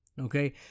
Okay